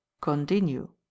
continue